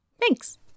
Thanks